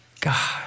God